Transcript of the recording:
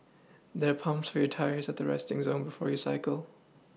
there are pumps for your tyres at the resting zone before you cycle